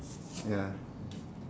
ya